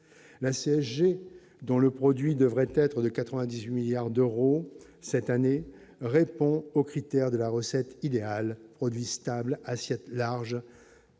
la CSG dans le produit devrait être de 98 milliards d'euros cette année répond aux critères de la recette idéale produits stables assiette large